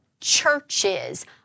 churches